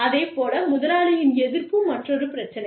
அதே போல முதலாளியின் எதிர்ப்பு மற்றொரு பிரச்சினை